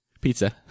pizza